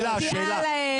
ומצדיעה להם,